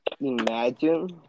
imagine